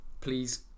Please